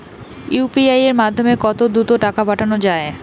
UPI এর মাধ্যমে কত দ্রুত টাকা পাঠানো যায়?